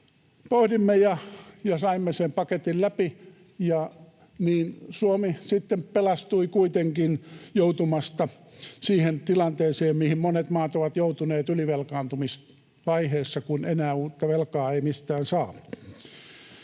pohdimme ja saimme sen paketin läpi, ja niin Suomi sitten kuitenkin pelastui joutumasta siihen tilanteeseen, mihin monet maat ovat joutuneet ylivelkaantumisvaiheessa, kun enää uutta velkaa ei mistään saa.